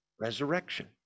resurrection